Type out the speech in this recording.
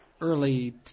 early